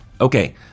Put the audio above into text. Okay